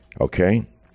Okay